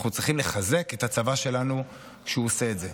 אנחנו צריכים לחזק את הצבא שלנו כשהוא עושה את זה.